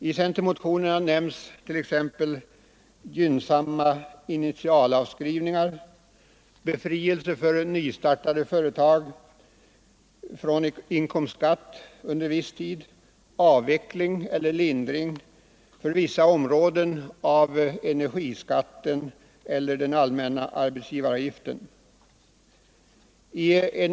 I centermotionerna nämns t.ex. gynnsamma initialavskrivningar, befrielse för nystartade företag från inkomstskatt under viss tid, avveckling eller lindring av energiskatten eller den allmänna arbetsgivaravgiften i vissa områden.